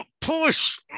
Push